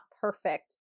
perfect